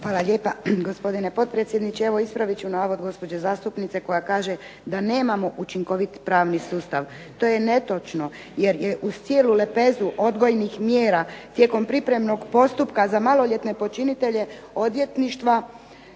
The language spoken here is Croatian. Hvala lijepa, gospodine potpredsjedniče. Evo ispravit ću navod gospođe zastupnice koja kaže da nemamo učinkovit pravni sustav. To je netočno jer je uz cijelu lepezu odgojnih mjera tijekom pripremnog postupka za maloljetne počinitelje odvjetništva